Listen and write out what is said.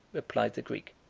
replied the greek,